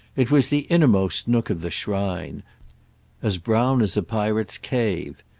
it was the innermost nook of the shrine as brown as a pirate's cave.